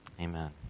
Amen